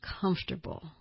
comfortable